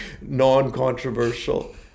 non-controversial